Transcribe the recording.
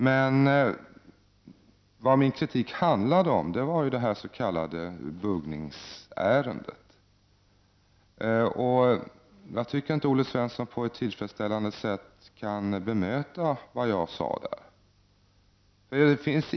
Min kritik gällde det s.k. buggningsärendet, och jag tycker inte att Olle Svensson på ett tillfredsställande sätt kunde bemöta vad jag sade.